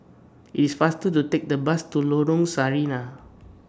IS faster to Take The Bus to Lorong Sarina